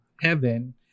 heaven